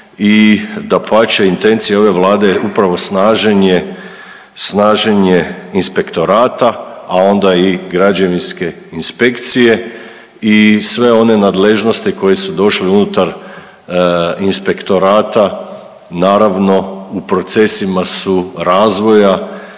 i dapače intencija ove Vlade je upravo snaženje inspektorata, a onda i građevinske inspekcije i sve one nadležnosti koje su došle unutar inspektorata naravno u procesima su razvoja